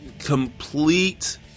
complete